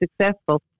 successful